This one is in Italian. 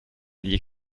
gli